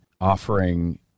offering